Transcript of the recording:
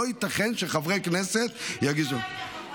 לא ייתכן שחברי כנסת יגישו.